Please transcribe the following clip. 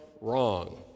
wrong